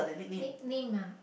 nick name ah